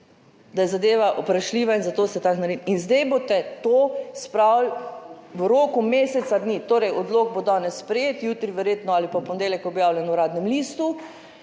da je zadeva vprašljiva in zato ste tako naredili. In zdaj boste to spravili v roku meseca dni, torej, odlok bo danes sprejet, jutri verjetno ali pa v ponedeljek objavljen v Uradnem listu,